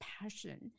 passion